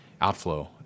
outflow